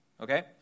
okay